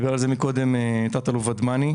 ודיבר על זה מקודם תת אלוף ודמני,